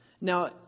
Now